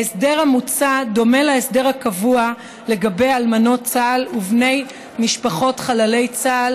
ההסדר המוצע דומה להסדר הקבוע לגבי אלמנות צה"ל ובני משפחות חללי צה"ל,